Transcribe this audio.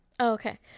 Okay